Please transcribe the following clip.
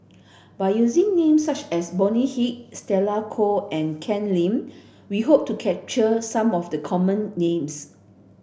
by using names such as Bonny Hicks Stella Kon and Ken Lim we hope to capture some of the common names